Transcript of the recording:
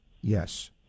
yes